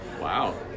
Wow